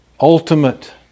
ultimate